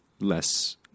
less